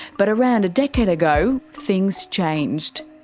but around a decade ago, things changed.